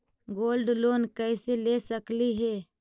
Gold loan कैसे ले सकली हे?